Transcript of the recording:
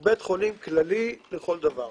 הוא בית חולים כללי לכל דבר.